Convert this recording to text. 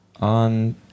on